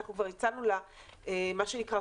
אנחנו כבר הצענו למה שנקרא,